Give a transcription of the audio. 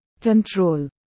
control